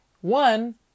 one